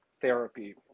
therapy